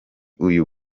uyu